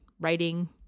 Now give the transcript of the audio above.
writing